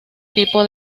tipo